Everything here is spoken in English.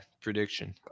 prediction